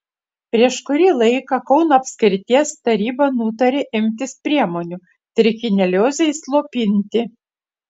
prieš kurį laiką kauno apskrities taryba nutarė imtis priemonių trichineliozei slopinti